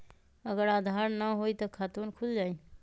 अगर आधार न होई त खातवन खुल जाई?